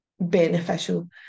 beneficial